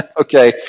Okay